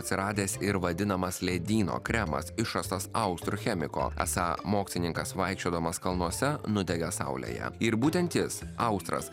atsiradęs ir vadinamas ledyno kremas išrastas austrų chemiko esą mokslininkas vaikščiodamas kalnuose nudega saulėje ir būtent jis austras